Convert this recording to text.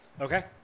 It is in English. Okay